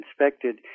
inspected